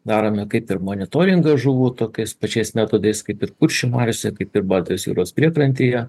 darome kaip ir monitoringą žuvų tokiais pačiais metodais kaip ir kuršių mariose kaip ir baltijos jūros priekrantėje